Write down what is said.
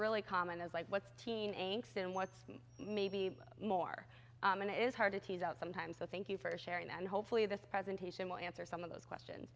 really common as like what's teen and what's maybe more and it is hard to tease out sometimes so thank you for sharing and hopefully this presentation will answer some of those questions